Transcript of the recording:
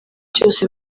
cyose